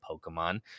Pokemon